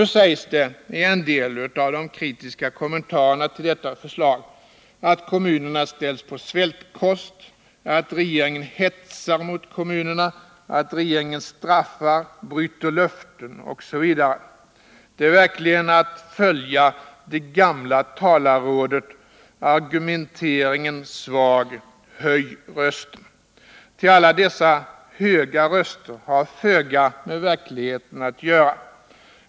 Nu sägs det i en del av de kritiska kommentarerna till detta förslag, att kommunerna ställs på svältkost, att regeringen hetsar mot kommunerna, att regeringen straffar, bryter löften osv. Det är verkligen att följa det gamla talarrådet: Argumenteringen svag, höj rösten! Ty alla dessa höga röster har föga med verkligheten att göra.